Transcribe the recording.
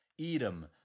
Edom